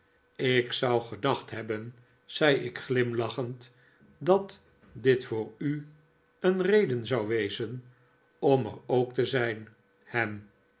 ik zou gedacht hebben zei ik glimlachend dat dit voor u een reden zou wezen om er ook te zijn ham